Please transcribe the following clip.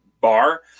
bar